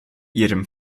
ihrem